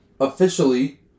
officially